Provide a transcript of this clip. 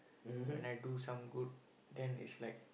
when I do some good then it's like